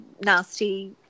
nasty